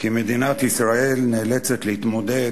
כי מדינת ישראל נאלצת להתמודד